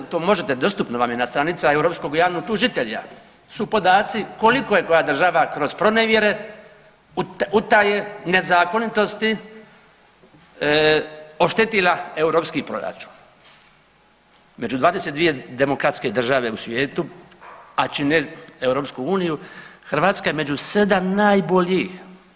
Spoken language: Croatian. I ovih dana to možete, dostupno vam je na stranicama Europskog javnog tužitelja su podaci koliko je koja država kroz pronevjere, utaje, nezakonitosti oštetila europski proračun, među 22 demokratske države u svijetu a čine EU Hrvatska je među 7 najboljih.